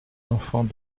enfant